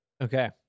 Okay